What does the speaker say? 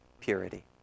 purity